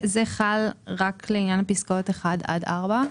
זה חל רק לעניין הפסקאות (1) עד (4)?